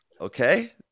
Okay